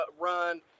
run